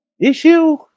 issue